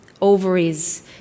ovaries